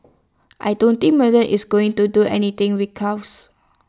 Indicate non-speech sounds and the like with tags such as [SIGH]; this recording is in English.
I don't think Mueller is going to do anything [UNINTELLIGIBLE]